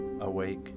awake